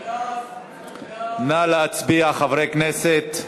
נא להצביע, חברי הכנסת.